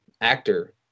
actor